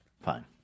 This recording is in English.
Fine